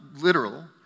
literal